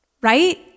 right